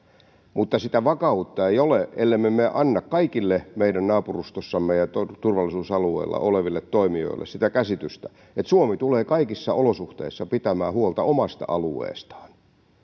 mutta sitä vakautta ei ole ellemme me anna kaikille meidän naapurustossamme ja turvallisuusalueellamme oleville toimijoille sitä käsitystä että suomi tulee kaikissa olosuhteissa pitämään huolta omasta alueestaan